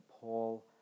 Paul